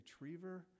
retriever